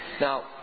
Now